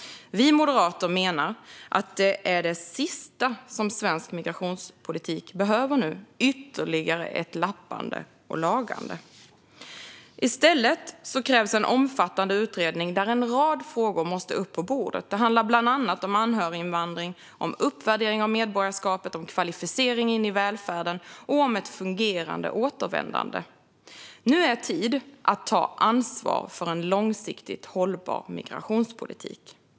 Vi moderater menar att ett ytterligare lappande och lagande är det sista som svensk migrationspolitik behöver nu. I stället krävs en omfattande utredning där en rad frågor måste upp på bordet. Det handlar bland annat om anhöriginvandring, om uppvärdering av medborgarskapet, om kvalificering in i välfärden och om ett fungerande återvändande. Nu är tid att ta ansvar för en långsiktigt hållbar migrationspolitik.